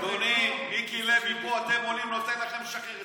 אדוני, מיקי לוי פה, אתם עולים, נותן לכם לשחרר.